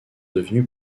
devenu